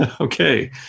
Okay